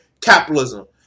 capitalism